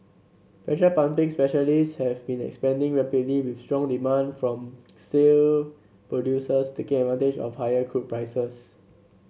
pressure pumping specialist have been expanding rapidly with strong demand from shale producers taking advantage of higher crude prices